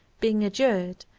being adjured,